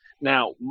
Now